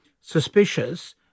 suspicious